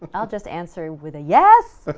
i'll just answer with a yes?